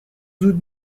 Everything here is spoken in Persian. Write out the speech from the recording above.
زود